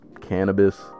Cannabis